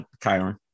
Kyron